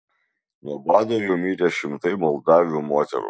nuo bado jau mirė šimtai moldavių moterų